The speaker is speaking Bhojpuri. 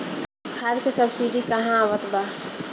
खाद के सबसिडी क हा आवत बा?